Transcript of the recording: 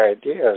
ideas